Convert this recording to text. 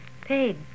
paid